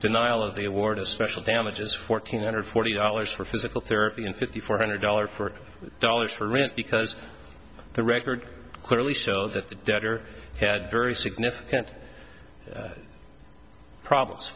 denial of the award of special damages fourteen hundred forty dollars for physical therapy and fifty four hundred dollars for dollars for rent because the record clearly show that the debtor had very significant problems